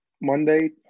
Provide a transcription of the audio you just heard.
Monday